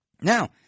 Now